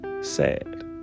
sad